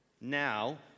Now